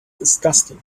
disgusting